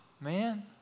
man